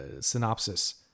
synopsis